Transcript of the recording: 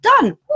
done